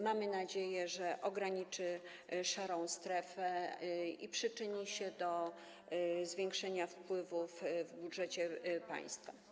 Mamy nadzieję, że ograniczy szarą strefę i przyczyni się do zwiększenia wpływów do budżetu państwa.